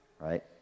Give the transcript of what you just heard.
Right